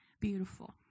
beautiful